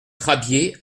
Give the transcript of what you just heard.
crabiers